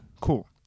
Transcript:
Cool